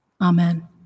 Amen